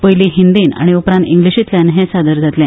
पयली हिंदीन आनी उप्रांत इंग्लिशीतल्यान हे सादर जातले